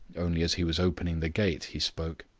only as he was opening the gate he spoke.